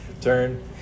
turn